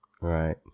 Right